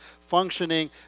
functioning